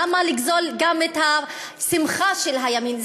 למה לגזול גם את השמחה של הימין?